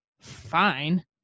fine